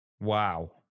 Wow